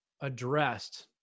addressed